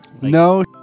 No